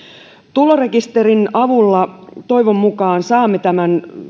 tulorekisterin avulla toivon mukaan saamme tämän